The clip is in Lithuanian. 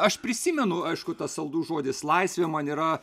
aš prisimenu aišku tas saldus žodis laisvė man yra